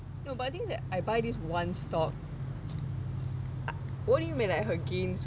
no but I think that I buy this one stock what do you mean that her gains